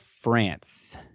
France